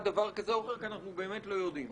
דבר כזה או אחר כי אנחנו באמת לא יודעים.